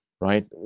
right